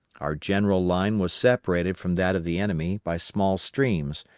our general line was separated from that of the enemy by small streams,